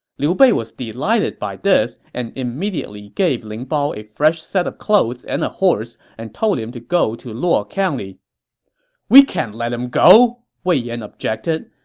liu bei was delighted by this and immediately gave ling bao a fresh set of clothes and a horse and told him to go to luo county we can't let him go! wei yan objected.